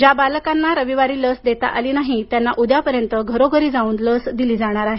ज्या बालकांना रविवारी लस देता आली नाही त्यांना उद्यापर्यंत घरोघरी जाऊन लस दिली जाणार आहे